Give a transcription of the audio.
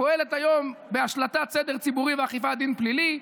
היא פועלת היום בהשלטת סדר ציבורי ואכיפת דין פלילי,